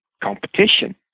competition